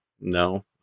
No